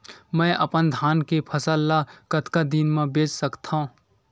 मैं अपन धान के फसल ल कतका दिन म बेच सकथो?